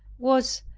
was,